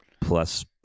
plus